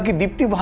dipti.